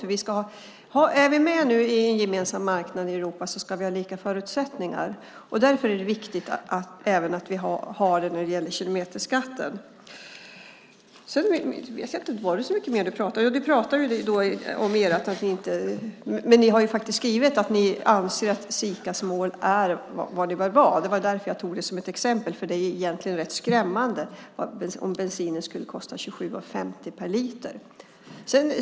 Är vi nu med på en gemensam marknad i Europa ska vi ha lika förutsättningar. Därför är det viktigt att vi även har det när det gäller kilometerskatten. Du pratade om era förslag, men ni har skrivit att ni anser att Sikas mål är vad målet bör vara. Det var därför jag tog det som ett exempel, för det är egentligen rätt skrämmande om bensinen skulle kosta 27:50 per liter.